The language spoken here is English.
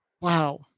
wow